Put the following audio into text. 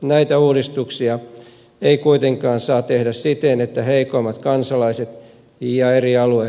näitä uudistuksia ei kuitenkaan saa tehdä siten että heikoimmat kansalaiset ja eri alue